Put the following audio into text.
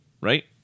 Right